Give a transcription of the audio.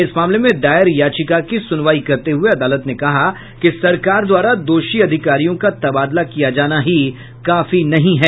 इस मामले में दायर याचिका की सुनवाई करते हुए अदालत ने कहा कि सरकार द्वारा दोषी अधिकारियों का तबादला किया जाना ही काफी नहीं है